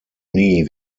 nie